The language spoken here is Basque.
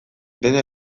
dena